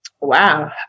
Wow